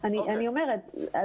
אני אומרת,